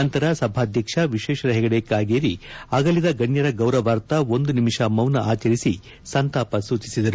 ನಂತರ ಸಭಾಧ್ಯಕ್ಷ ವಿಶ್ಲೇಶ್ವರ ಹೆಗಡೆ ಕಾಗೇರಿ ಆಗಲಿದ ಗಣ್ಯರ ಗೌರವಾರ್ಥ ಒಂದು ನಿಮಿಷ ಮೌನ ಆಚರಿಸಿ ಸಂತಾಪ ಸೂಚಿಸಿದರು